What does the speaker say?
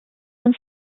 uns